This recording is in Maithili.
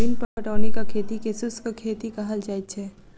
बिन पटौनीक खेती के शुष्क खेती कहल जाइत छै